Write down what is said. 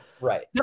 right